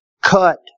cut